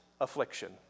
affliction